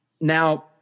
Now